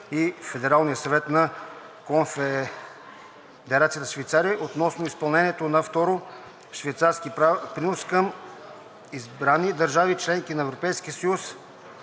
и Федералния съвет на Конфедерация Швейцария относно изпълнението на Втория швейцарски принос към избрани държави – членки на Европейския съюз,